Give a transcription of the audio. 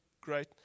great